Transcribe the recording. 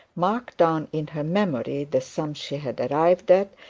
marked down in her memory the sum she had arrived at,